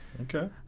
okay